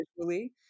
visually